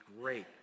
great